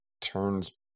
turns